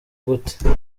gute